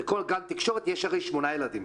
בכל גן תקשורת הרי יש שמונה ילדים.